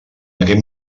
aquell